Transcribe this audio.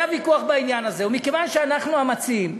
היה ויכוח בעניין הזה, ומכיוון שאנחנו, המציעים,